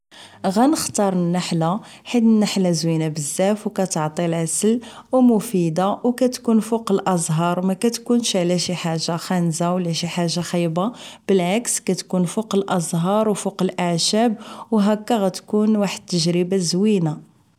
غنختار النحلة حيت النحلة زوينة بزاف و كتعطي العسل و مفيدة و كتكون فوق الازهار ماكاتكونش علا شي حاجة خانزة و لا شي حاجة خايبة بالعكس كتكون فوق الازهار و فوق الاعشاب وهكا غتكون واحد التجربة زوينة